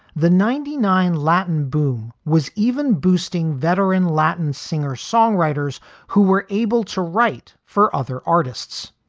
the ninety nine latin boom was even boosting veteran latin singer songwriters who were able to write for other artists.